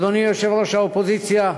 אדוני יושב-ראש האופוזיציה,